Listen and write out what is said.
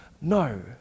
no